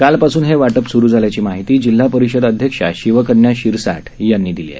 कालपासून हे वाटप स्रू झाल्याची माहिती जिल्हा परिषद अध्यक्षा शिवकन्या शिरसाट यांनी दिली आहे